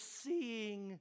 seeing